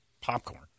Popcorn